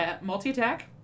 multi-attack